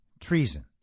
treason